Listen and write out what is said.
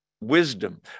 wisdom